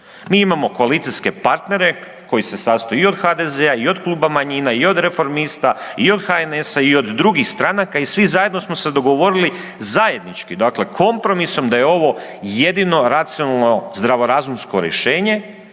Mi imamo koalicijske partnere koji se sastoji i od HDZ-a i od klub manjina, i od reformista, i od HNS-a i od drugih stranaka i svi zajedno samo se dogovorili zajednički dakle kompromisom da je ovo jedino racionalno zdravorazumsko rješenje